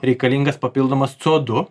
reikalingas papildomas c o du